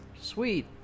Sweet